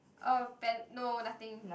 open no nothing